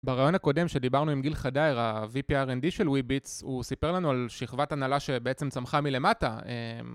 בראיון הקודם שדיברנו עם גיל חדייר, ה-VP RND של וויביטס, הוא סיפר לנו על שכבת הנהלה שבעצם צמחה מלמטה